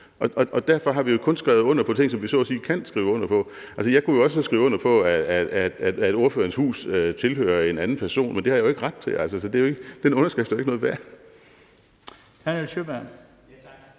og derfor har vi jo kun skrev under på ting, som vi så at sige kan skrive under på. Altså, jeg kunne jo også skrive under på, at ordførerens hus tilhører en anden person, men det har jeg jo ikke ret til. Den underskrift er jo ikke noget værd.